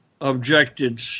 objected